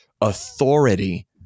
authority